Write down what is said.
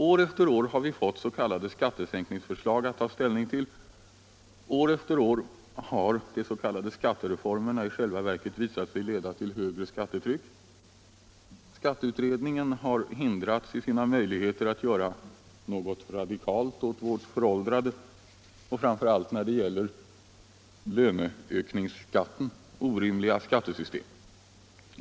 År efter år har vi fått s.k. skattesänkningsförslag att ta ställning till. År efter år har de s.k. skattereformerna i själva verket visat sig leda till högre skattetryck. Skatteutredningen har hindrats i sina möjligheter att göra något radikalt åt vårt föråldrade och, framför allt när det gäller löneökningsskatten, orimliga skattesystem.